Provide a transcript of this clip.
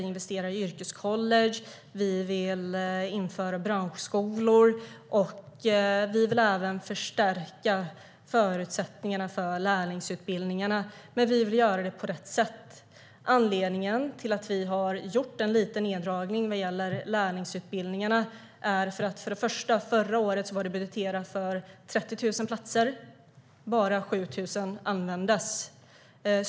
Vi investerar i yrkescollege, vi vill införa branschskolor och vi vill även förstärka förutsättningarna för lärlingsutbildningarna, men vi vill göra det på rätt sätt. Anledningen till att vi har gjort en liten neddragning när det gäller lärlingsutbildningarna är att bara 7 000 av de 30 000 platser som var budgeterade användes förra året.